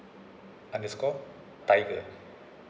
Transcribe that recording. underscore tiger